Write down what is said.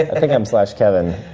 ah think i'm slash kevin.